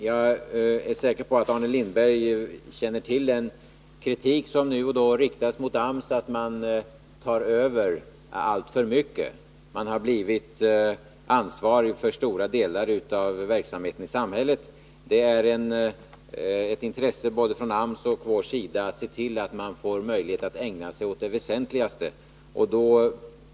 Jag är säker på att Arne Lindberg känner till den kritik som nu och då riktas mot AMS, att man där tar över alltför mycket. AMS har blivit ansvarig för stora delar av verksamheten i samhället. Det är ett intresse både från AMS sida och från vår sida att se till att man där får möjlighet att ägna sig åt det väsentligaste.